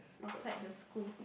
outside the school